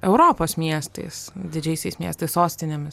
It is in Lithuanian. europos miestais didžiaisiais miestais sostinėmis